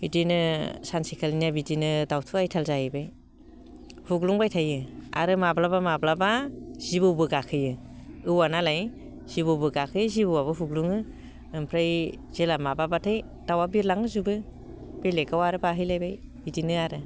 बिदिनो सानसेखालिनो बिदिनो दाउथु आयथाल जाहैबाय हुग्लुंबाय थायो आरो माब्लाबा माब्लाबा जिबौबो गाखोयो औवा नालाय जिबौबो गाखोयो जिबौआबो हुग्लुङो ओमफ्राय जेब्ला माबाबाथाय दाउआ बिरलांजोबो बेलेगआव आरो बाहैलायबाय बिदिनो आरो